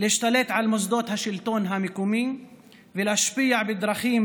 להשתלט על מוסדות השלטון המקומי ולהשפיע בדרכים